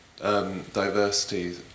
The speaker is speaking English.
Diversity